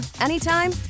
anytime